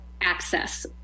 access